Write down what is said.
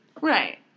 right